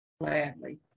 Gladly